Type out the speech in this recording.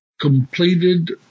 completed